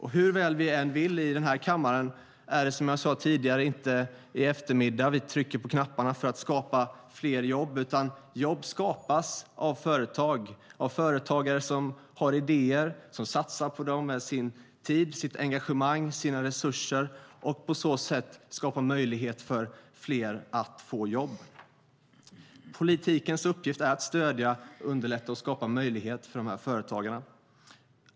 Hur väl vi än vill i den här kammaren är det, som jag sade tidigare, inte i eftermiddag som vi trycker på knapparna för att skapa fler jobb, utan jobb skapas av företag, av företagare som har idéer och som satsar på dem med sin tid, sitt engagemang och sina resurser. På så sätt skapar de möjlighet för fler att få jobb. Politikens uppgift är att stödja, underlätta och skapa möjlighet för de här företagarna.